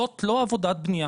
זאת לא עבודה בניה.